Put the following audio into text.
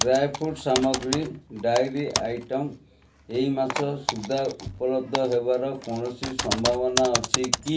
dry fruit ସାମଗ୍ରୀ dairy item ଏହି ମାସ ସୁଦ୍ଧା ଉପଲବ୍ଧ ହେବାର କୌଣସି ସମ୍ଭାବନା ଅଛି କି